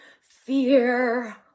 fear